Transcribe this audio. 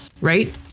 right